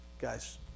Guys